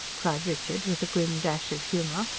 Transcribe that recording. cried richard with a grim dash of humour.